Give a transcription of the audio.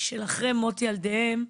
של אחרי מות ילדיהם,